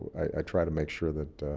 i try to make sure that